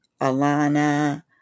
Alana